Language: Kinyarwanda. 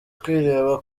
kwireba